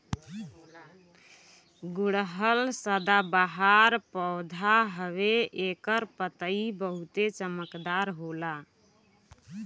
गुड़हल सदाबाहर पौधा हवे एकर पतइ बहुते चमकदार होला